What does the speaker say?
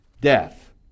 death